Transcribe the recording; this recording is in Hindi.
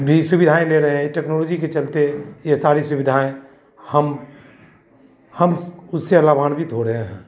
भी सुविधाएँ ले रहे हैं यह टेक्नोलॉजी के चलते यह सारी सुविधाएँ हम हमस उससे लाभान्वित हो रहे हैं